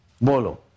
Bolo